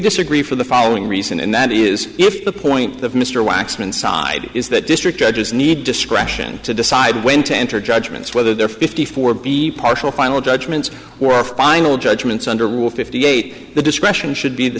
disagree for the following reason and that is if the point of mr waxman side is that district judges need discretion to decide when to enter judgments whether they're fifty four be partial final judgments or final judgments under was fifty eight the discretion should be the